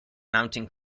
mounting